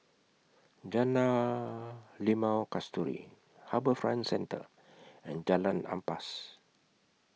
Jalan Limau Kasturi HarbourFront Centre and Jalan Ampas